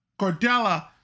Cordella